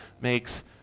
makes